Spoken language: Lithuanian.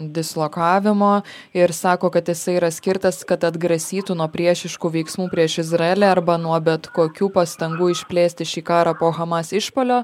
dislokavimo ir sako kad jisai yra skirtas kad atgrasytų nuo priešiškų veiksmų prieš izraelį arba nuo bet kokių pastangų išplėsti šį karą po hamas išpuolio